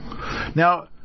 Now